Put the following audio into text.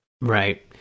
Right